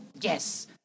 yes